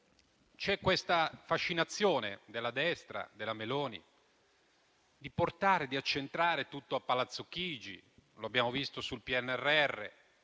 c'è questa fascinazione della destra, della Meloni, di accentrare tutto a Palazzo Chigi. Lo abbiamo visto sul PNRR,